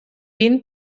been